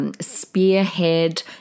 Spearhead